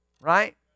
Right